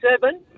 seven